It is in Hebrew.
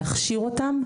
להכשיר אותן.